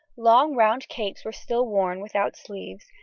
long round capes were still worn, without sleeves,